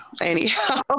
anyhow